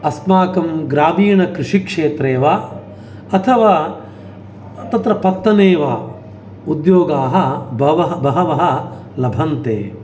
अस्माकं ग्रामीणकृषिक्षेत्रे वा अथवा तत्र पत्तने वा उद्योगाः बहव बहवः लभन्ते